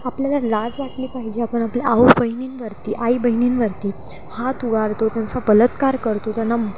आपल्याला लाज वाटली पाहिजे आपण आपल्या आऊ बहिणींवरती आई बहिणींवरती हात उगारतो त्यांचा बलात्कार करतो त्यांना